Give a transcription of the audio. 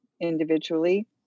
individually